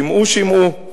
שמעו, שמעו.